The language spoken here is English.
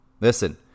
Listen